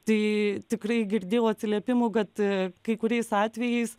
tai tikrai girdėjau atsiliepimų kad kai kuriais atvejais